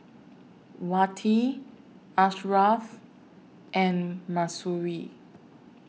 Wati Ashraf and Mahsuri